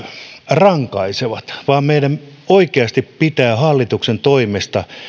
rankaisevat vaan meillä oikeasti pitää hallituksen toimia niin